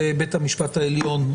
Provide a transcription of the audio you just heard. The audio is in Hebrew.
זה בית המשפט העליון,